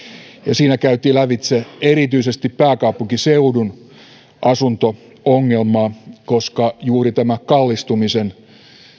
siinä käytiin lävitse erityisesti pääkaupunkiseudun asunto ongelmaa koska juuri tämä kallistumisen